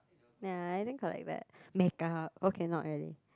ya I didn't collect that makeup all cannot already